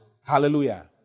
Hallelujah